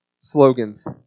slogans